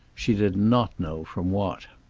she did not know from what.